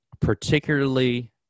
particularly